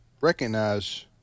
recognize